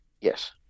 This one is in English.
Yes